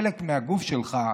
חלק מהגוף שלך,